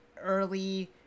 early